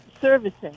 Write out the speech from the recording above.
Servicing